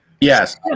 Yes